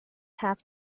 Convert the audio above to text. have